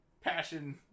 passion